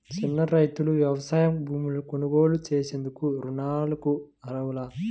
చిన్న రైతులు వ్యవసాయ భూములు కొనుగోలు చేసేందుకు రుణాలకు అర్హులా?